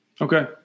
Okay